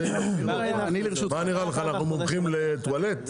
--- מה נראה לך אנחנו מומחים לטואלט?